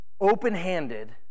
open-handed